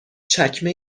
چکمه